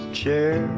chair